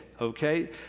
okay